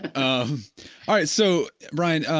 and um all right, so bryan,